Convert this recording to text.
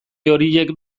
horiek